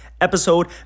episode